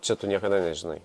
čia tu niekada nežinai